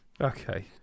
okay